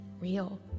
real